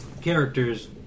characters